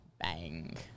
Bang